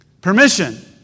permission